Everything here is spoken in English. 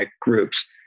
groups